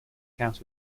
comes